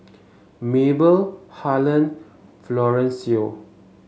Mabel Harland and Florencio